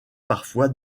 parfois